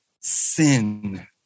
sin